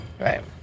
Right